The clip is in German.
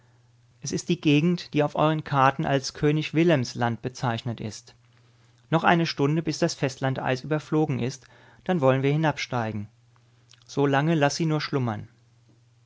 es ist die gegend die auf euren karten als könig wilhelms land bezeichnet ist noch eine stunde bis das festlandeis überflogen ist dann wollen wir hinabsteigen so lange laß sie nur schlummern